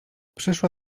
przyszła